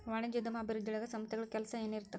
ವಾಣಿಜ್ಯೋದ್ಯಮ ಅಭಿವೃದ್ಧಿಯೊಳಗ ಸಂಸ್ಥೆಗಳ ಕೆಲ್ಸ ಏನಿರತ್ತ